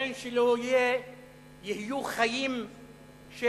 שלשכן שלו יהיו חיים של